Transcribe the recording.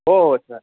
हो हो सर